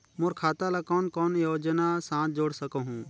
मोर खाता ला कौन कौन योजना साथ जोड़ सकहुं?